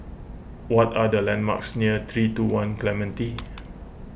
what are the landmarks near three two one Clementi